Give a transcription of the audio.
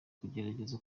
kugerageza